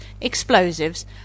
explosives